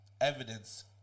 evidence